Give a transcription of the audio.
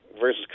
versus